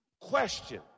Question